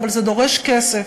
אבל זה דורש כסף,